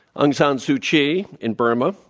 aung san suu kyi in burma,